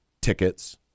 tickets